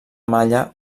malla